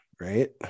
Right